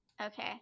Okay